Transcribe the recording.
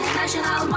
national